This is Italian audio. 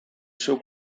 suo